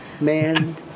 man